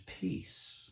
peace